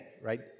right